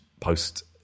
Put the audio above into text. post